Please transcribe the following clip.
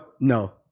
No